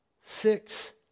Six